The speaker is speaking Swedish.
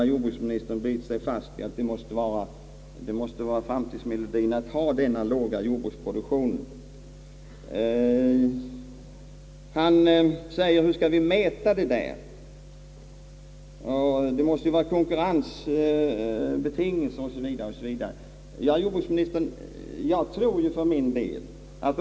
Jordbruksministern har bitit sig fast vid att denna låga jordbruksproduktionen «måste vara framtidsmelodien, han frågar hur vi skall kunna mäta effektiviteten, han säger att det måste föreligga konkurrensbetingelser, vilket allt enligt honom talar för en lägre produktionsmålsättning. Jag tror han överdriver besvärligheterna.